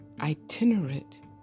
itinerant